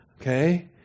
okay